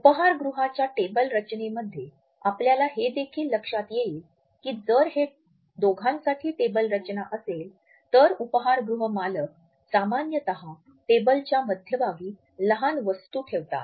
उपहारगृहाच्या table रचनेमध्ये आपल्याला हे देखील लक्षात येईल की जर हे दोघांसाठी टेबल रचना असेल तर उपहारगृह मालक सामान्यत टेबलच्या मध्यभागी लहान वस्तू ठेवतात